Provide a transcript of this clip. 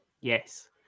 Yes